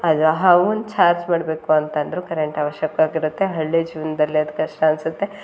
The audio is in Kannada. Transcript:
ಅದು ಅವುನ್ ಚಾರ್ಜ್ ಮಾಡಬೇಕು ಅಂತಂದರೂ ಕರೆಂಟ್ ಆವಶ್ಯಕವಾಗಿ ಇರುತ್ತೆ ಹಳ್ಳಿ ಜೀವನ್ದಲ್ಲಿ ಅದು ಕಷ್ಟ ಅನಿಸುತ್ತೆ